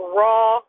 raw